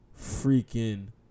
freaking